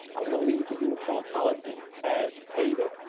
i was gonna leave the uniform policy as stated,